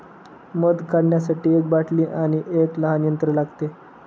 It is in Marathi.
मध काढण्यासाठी एक बाटली आणि एक लहान यंत्र लागते